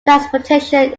transportation